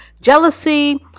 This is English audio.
Jealousy